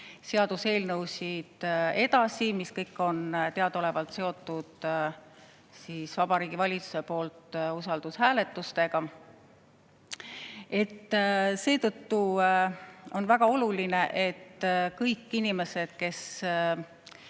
seaduseelnõusid, mis kõik on teadaolevalt seotud Vabariigi Valitsuse poolt usaldushääletustega. Seetõttu on väga oluline, et kõik inimesed, kes